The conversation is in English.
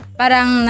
parang